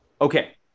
Okay